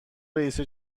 رئیس